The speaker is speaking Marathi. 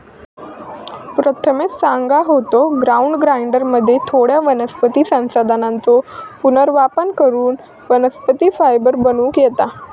प्रथमेश सांगा होतो, ग्राउंड ग्राइंडरमध्ये थोड्या वनस्पती संसाधनांचो पुनर्वापर करून वनस्पती फायबर बनवूक येता